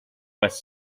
west